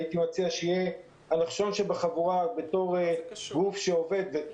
הייתי מציע שיהיה הנחשון שבחבורה בתור גוף שעובד.